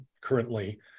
currently